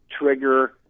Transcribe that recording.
trigger